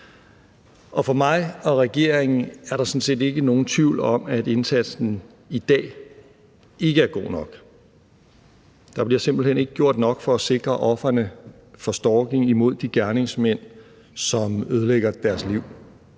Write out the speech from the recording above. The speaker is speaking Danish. For mig og regeringen er der sådan set ikke nogen tvivl om, at indsatsen i dag ikke er god nok. Der bliver simpelt hen ikke gjort nok for at sikre ofrene for stalking imod de gerningsmænd, som ødelægger deres liv.